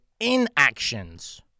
inactions